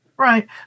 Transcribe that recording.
Right